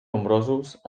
nombrosos